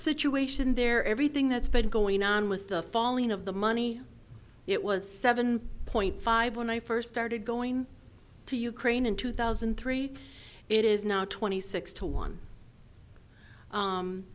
situation there everything that's been going on with the falling of the money it was seven point five when i first started going to ukraine in two thousand and three it is now twenty six to one